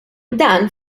dan